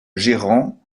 gérant